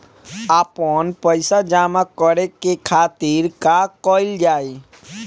आपन पइसा जमा करे के खातिर का कइल जाइ?